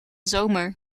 zomer